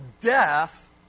death